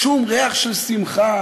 שום ריח של שמחה,